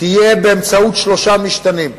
תהיה באמצעות שלושה משתנים,